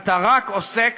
אתה רק עוסק